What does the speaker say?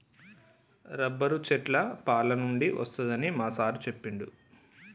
rubber చెట్ల పాలనుండి వస్తదని మా సారు చెప్పిండు